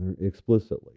explicitly